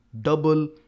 double